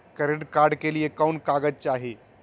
Credit card के लिए कौन कागज चाही?